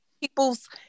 people's